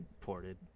ported